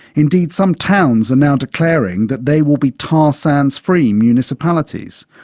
indeed, some towns are now declaring that they will be tar sands free municipalities.